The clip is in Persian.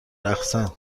رقصن